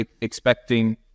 expecting